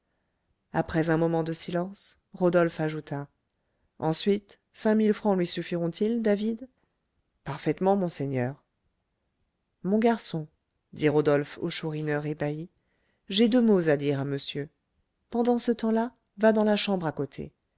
après un moment de silence rodolphe ajouta ensuite cinq mille francs lui suffiront ils david parfaitement monseigneur mon garçon dit rodolphe au chourineur ébahi j'ai deux mots à dire à monsieur pendant ce temps-là va dans la chambre à côté